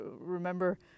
remember